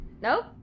Nope